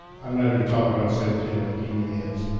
i'm not here to talk about safety like kini is.